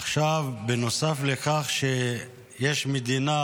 עכשיו, בנוסף לכך שיש מדינה